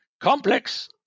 Complex